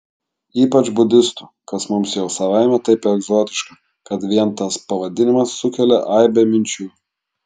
ypač budistų kas mums jau savaime taip egzotiška kad vien tas pavadinimas sukelia aibę minčių